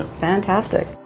fantastic